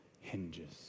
hinges